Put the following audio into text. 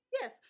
Yes